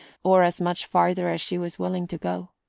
or as much farther as she was willing to go.